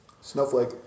Snowflake